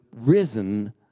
risen